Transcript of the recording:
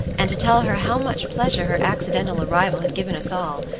and to tell her how much pleasure her accidental arrival had given us all,